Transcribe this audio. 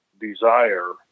desire